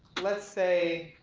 let's say,